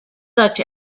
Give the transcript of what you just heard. such